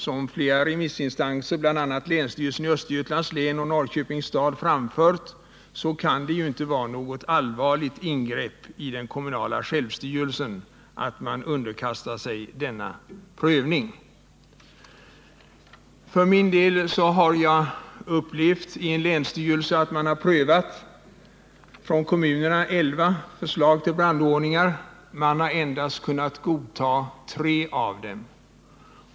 Som flera remissinstanser framhållit, bl.a. länsstyrelsen i Östergötlands län och Norrköpings kommun, kan det inte vara något allvarligt ingrepp i den kommunala självstyrelsen att man underkastar sig denna prövning. För min del har jag i en länsstyrelse upplevt att man har prövat elva förslag från kommunerna till brandordningar och att man endast har kunnat godta tre av dem.